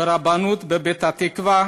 ברבנות בפתח-תקווה